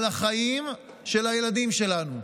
על החיים של הילדים שלנו.